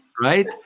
Right